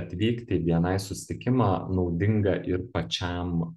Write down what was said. atvykti į bni susitikimą naudinga ir pačiam